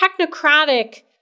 technocratic